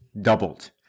doubled